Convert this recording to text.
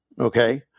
okay